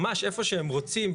ממש איפה שהם רוצים,